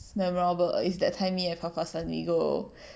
memorable is that time me and papa's we go